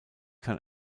kann